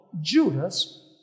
Judas